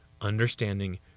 understanding